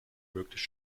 möglich